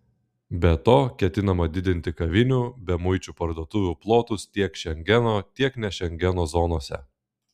be to ketinama didinti kavinių bemuičių parduotuvių plotus tiek šengeno tiek ne šengeno zonose